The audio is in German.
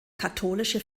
katholische